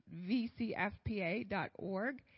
vcfpa.org